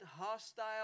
hostile